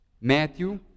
Matthew